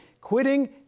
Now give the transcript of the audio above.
Quitting